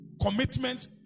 commitment